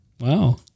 Wow